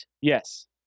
Yes